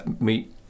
meet